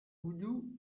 goudou